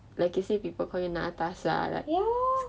like you said people called you natasha